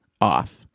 off